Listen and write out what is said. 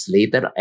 Later